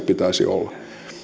pitäisi olla